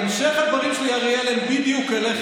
המשך הדברים שלי על אריאל הם בדיוק אליך,